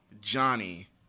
Johnny